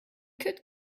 could